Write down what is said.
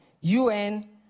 UN